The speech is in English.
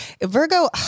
Virgo